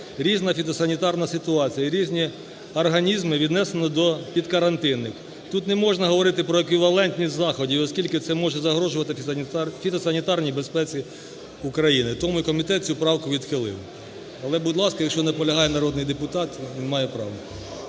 різна фітосанітарна ситуація і різні організми віднесено до підкарантинних. Тут не можна говорити про еквівалентність заходів, оскільки це може загрожувати фітосанітарній безпеці України. Тому й комітет цю правку відхилив. Але будь ласка, якщо наполягає народний депутат, він має право.